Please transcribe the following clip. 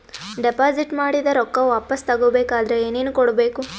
Deposit ಮಾಡಿದ ರೊಕ್ಕ ವಾಪಸ್ ತಗೊಬೇಕಾದ್ರ ಏನೇನು ಕೊಡಬೇಕು?